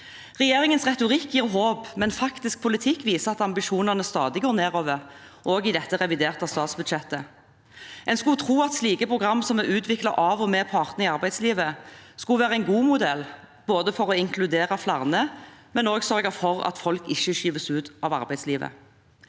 Regjeringens retorikk gir håp, men faktisk politikk viser at ambisjonene stadig går nedover, også i dette reviderte statsbudsjettet. En skulle tro at slike programmer som er utviklet av og med partene i arbeidslivet, skulle være en god modell for både å inkludere flere og også sørge for at folk ikke skyves ut av arbeidslivet.